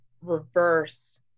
reverse